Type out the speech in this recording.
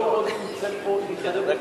כל עוד היא נמצאת פה היא חייבת,